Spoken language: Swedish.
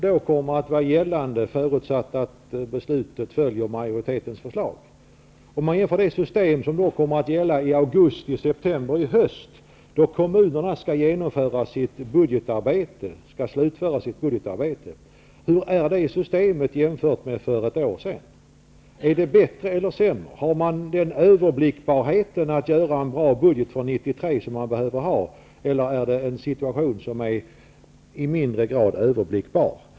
Hur utfaller en jämförelse mellan det system som vi -- om utskottetsmajoritetens förslag nu vinner kammarens bifall -- kommer att ha i augusti och september, då kommunerna skall slutföra sitt budgetarbete, med det system som vi hade för ett år sedan? Är det bättre eller sämre? Har man den överblickbarhet som krävs för att man skall kunna göra en bra budget för 1993? Eller blir överblickbarheten mindre än föregående år?